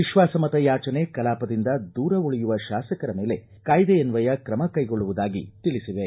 ವಿಶ್ವಾಸಮತ ಯಾಚನೆ ಕಲಾಪದಿಂದ ದೂರ ಉಳಿಯುವ ಶಾಸಕರ ಮೇಲೆ ಕಾಯಿದೆಯನ್ವಯ ಕ್ರಮ ಕೈಗೊಳ್ಳುವುದಾಗಿ ತಿಳಿಸಿವೆ